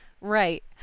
Right